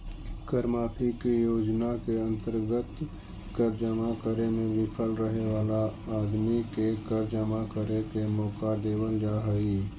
कर माफी के योजना के अंतर्गत कर जमा करे में विफल रहे वाला आदमी के कर जमा करे के मौका देवल जा हई